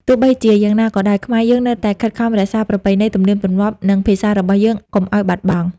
ទោះបីជាយ៉ាងណាក៏ដោយ ខ្មែរយើងនៅតែខិតខំរក្សាប្រពៃណី ទំនៀមទម្លាប់ និងភាសារបស់យើងកុំឱ្យបាត់បង់។